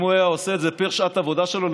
אם הוא היה עושה את זה פר שעות העבודה שלו,